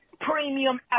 premium